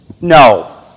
No